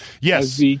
Yes